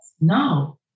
No